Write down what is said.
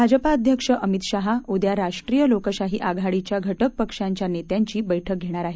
भाजपा अध्यक्ष अमित शहा उद्या राष्ट्रीय लोकशाही आघाडीच्या घटक पक्षांच्या नेत्यांची बैठक घेणार आहेत